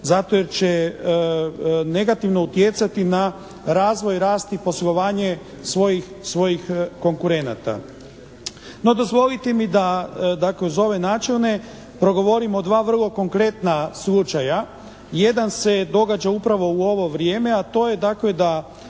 zato jer će negativno utjecati na razvoj, rast i poslovanje svojih konkurenata. No, dozvolite mi da kroz ove načelne progovorim o dva vrlo konkretna slučaja. Jedan se događa upravo u ovo vrijeme, a to je dakle da